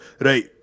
Right